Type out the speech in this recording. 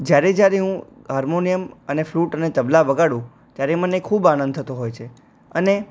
જ્યારે જ્યારે હું હાર્મોનિયમ અને ફ્લુટ અને તબલા વગાડું ત્યારે મને ખૂબ આનંદ થતો હોય છે અને